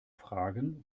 fragen